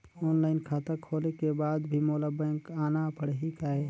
Online खाता खोले के बाद भी मोला बैंक आना पड़ही काय?